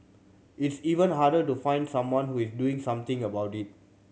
it's even harder to find someone who is doing something about it